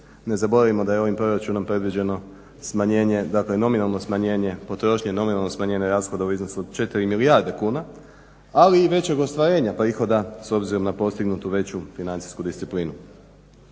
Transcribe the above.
smanjenje, dakle nominalno smanjenje potrošnje, nominalno smanjenje rashoda u iznosu od 4 milijarde kuna ali i većeg ostvarenja prihoda s obzirom na postignutu veću financijsku disciplinu.